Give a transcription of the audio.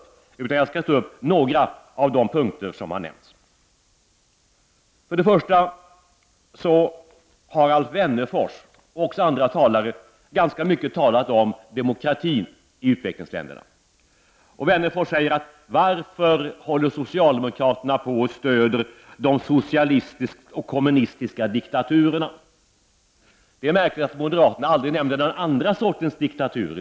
För min del skall jag beröra några av de punkter som har nämnts. Alf Wennerfors och även andra talare har ganska mycket uppehållit sig vid demokratin i utvecklingsländerna. Alf Wennerfors frågade sig varför socialdemokraterna håller på att stödja de socialistiska och kommunistiska diktaturerna. Det är märkligt att moderaterna aldrig nämner den andra sortens diktatur.